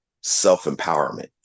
self-empowerment